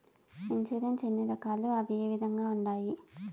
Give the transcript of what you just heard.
insurance ఎన్ని రకాలు అవి ఏ విధంగా ఉండాయి